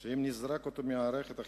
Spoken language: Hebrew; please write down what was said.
שאם נזרוק אותו מהמערכת הוא